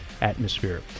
atmosphere